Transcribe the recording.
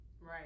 Right